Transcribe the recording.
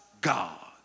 God